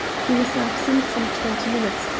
he was absent some twenty minutes,